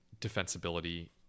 defensibility